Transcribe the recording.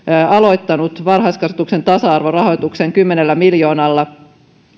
aloittanut varhaiskasvatuksen tasa arvorahoituksen kymmenellä miljoonalla